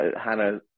Hannah